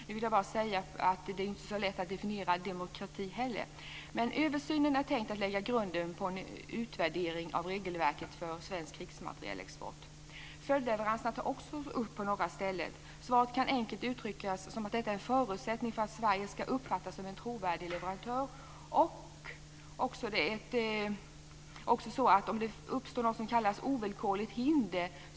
Nu vill jag bara säga att det inte är så lätt att definiera demokrati heller, men översynen är tänkt att lägga grunden för en utvärdering av regelverket för svensk krigsmaterielexport. Följdleveranserna tas också upp på några ställen. Svaret kan enkelt uttryckt vara att dessa är en förutsättning för att Sverige ska uppfattas som en trovärdig leverantör. Det är också så att det här läget kan brytas om det uppstår något som kallas ovillkorligt hinder.